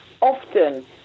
Often